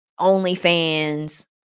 OnlyFans